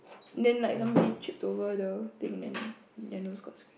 then like somebody tripped over the thing then their nose got